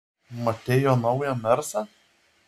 matei jo naują mersą